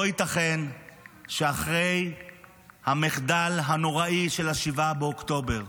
לא ייתכן שאחרי המחדל הנוראי של 7 באוקטובר,